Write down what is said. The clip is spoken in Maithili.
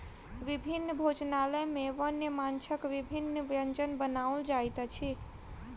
विभिन्न भोजनालय में वन्य माँछक विभिन्न व्यंजन बनाओल जाइत अछि